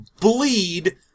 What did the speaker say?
bleed